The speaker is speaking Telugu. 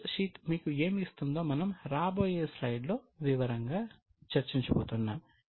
బ్యాలెన్స్ షీట్ మీకు ఏమి ఇస్తుందో మనము రాబోయే స్లైడ్లో వివరంగా చర్చించబోతున్నాము